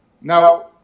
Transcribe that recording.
Now